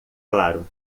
claro